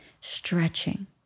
stretching